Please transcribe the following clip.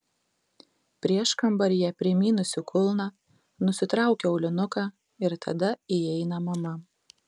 prieškambaryje primynusi kulną nusitraukiu aulinuką ir tada įeina mama